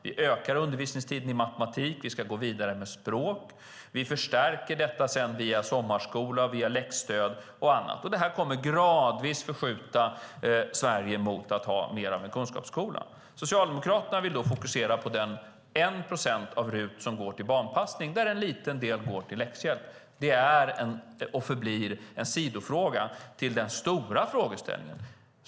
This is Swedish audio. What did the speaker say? Vi ökar undervisningstiden i matematik. Vi ska gå vidare med språk. Vi förstärker sedan detta via sommarskola, läxstöd och annat. Det kommer gradvis förskjuta Sverige mot att ha mer av en kunskapsskola. Socialdemokraterna vill fokusera på den 1 procent av RUT som går till barnpassning där en liten del går till läxhjälp. Det är och förblir en sidofråga till den stora frågeställningen.